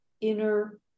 inner